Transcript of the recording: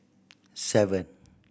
seven